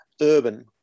urban